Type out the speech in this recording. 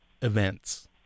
events